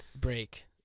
Break